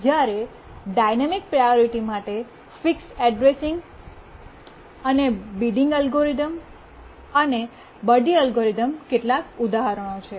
જ્યારે dynamic priority માટે focused addressing અને બિડિંગ એલ્ગોરિધમ અને બડી એલ્ગોરિધમ કેટલાક ઉદાહરણો છે